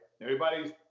everybody's